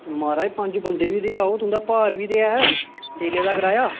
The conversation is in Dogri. माराज पंज बंदे बी ते ऐ हो तुंदा भार बी ते ऐ तेलै दा कराया